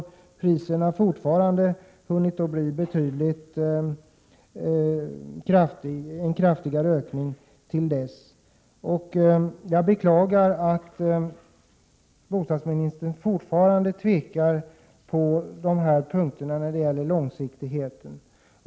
Till dess har priserna hunnit genomgå en kraftig ökning. Jag beklagar att bostadsministern fortfarande tvekar på de här punkterna om långsiktigheten.